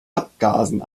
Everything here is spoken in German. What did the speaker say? abgasen